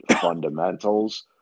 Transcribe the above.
fundamentals